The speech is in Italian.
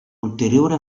ulteriore